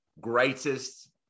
greatest